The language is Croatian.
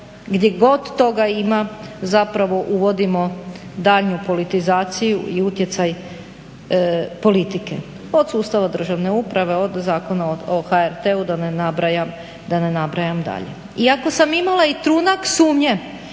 gdje god toga ima zapravo uvodimo daljnju politizaciju i utjecaj politike od sustava državne uprave od Zakona o HRT-u da ne nabrajam dalje. I ako sam imala i trunak sumnje